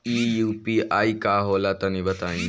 इ यू.पी.आई का होला तनि बताईं?